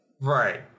Right